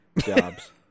jobs